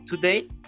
today